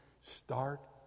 start